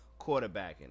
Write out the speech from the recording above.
quarterbacking